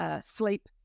sleep